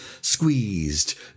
squeezed